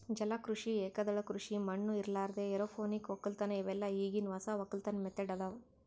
ಜಲ ಕೃಷಿ, ಏಕದಳ ಕೃಷಿ ಮಣ್ಣ ಇರಲಾರ್ದೆ ಎರೋಪೋನಿಕ್ ವಕ್ಕಲತನ್ ಇವೆಲ್ಲ ಈಗಿನ್ ಹೊಸ ವಕ್ಕಲತನ್ ಮೆಥಡ್ ಅದಾವ್